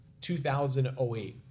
2008